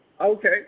okay